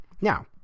Now